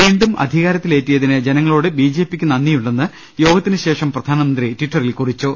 വീണ്ടും അധികാർത്തിലേറ്റിയതിന് ജനങ്ങളോട് ബി ജെ പിക്ക് നന്ദിയുണ്ടെന്ന് യോഗത്തിനുശേഷം പ്രധാനമന്ത്രി ടിറ്ററിൽ കുറിച്ചു